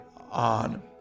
on